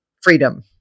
freedom